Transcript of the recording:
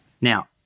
Now